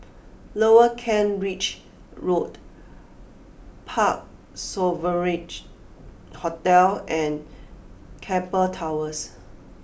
Lower Kent Ridge Road Parc Sovereign Hotel and Keppel Towers